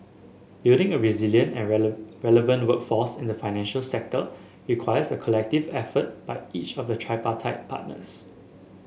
building a resilient and relevant workforce in the financial sector requires a collective effort by each of the tripartite partners